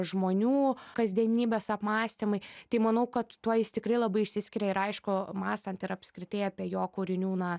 žmonių kasdienybės apmąstymai tai manau kad tuo jis tikrai labai išsiskiria ir aišku mąstant ir apskritai apie jo kūrinių na